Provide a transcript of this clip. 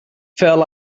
felt